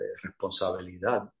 responsabilidad